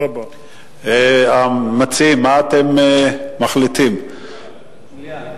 אם יש עובדות ניקיון שעובדות באוניברסיטת תל-אביב,